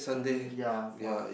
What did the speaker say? Sunday ya !wah!